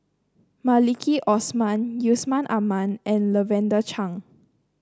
Maliki Osman Yusman Aman and Lavender Chang